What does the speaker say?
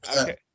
Okay